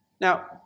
Now